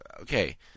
Okay